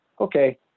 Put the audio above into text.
okay